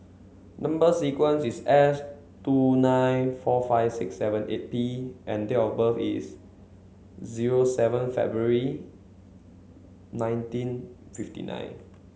number sequence is S two nine four five six seven eight P and date of birth is zero seven February nineteen fifty nine